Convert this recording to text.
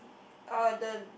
uh the